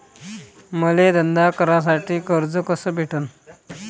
मले धंदा करासाठी कर्ज कस भेटन?